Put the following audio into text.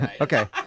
Okay